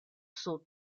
sud